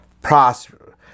prosper